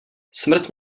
smrt